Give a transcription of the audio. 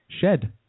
shed